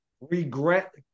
regret